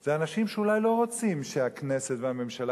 זה אנשים שאולי לא רוצים שהכנסת והממשלה